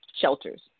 shelters